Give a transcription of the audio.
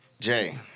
Jay